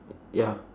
ya